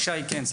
ישי, בבקשה.